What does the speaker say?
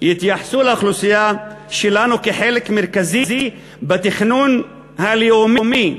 יתייחסו לאוכלוסייה שלנו כאל חלק מרכזי בתכנון הלאומי.